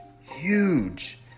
huge